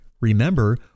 Remember